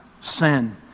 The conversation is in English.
sin